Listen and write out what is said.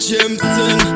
Jameson